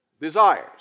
desires